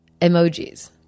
emojis